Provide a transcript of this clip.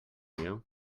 you